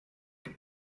elle